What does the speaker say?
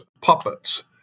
puppets